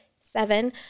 seven